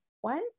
one